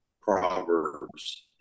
proverbs